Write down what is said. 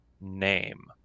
name